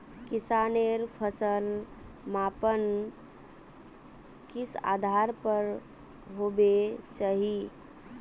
किसानेर फसल मापन किस आधार पर होबे चही?